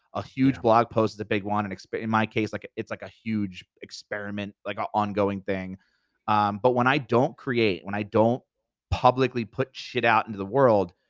a huge blog post is a big one. and but in my case, like it's like huge experiment, like an ongoing thing but when i don't create, when i don't publicly put shit out into the world,